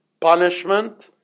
punishment